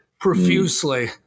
profusely